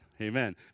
Amen